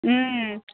ம்